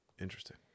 Interesting